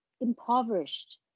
impoverished